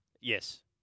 Yes